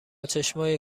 چشمای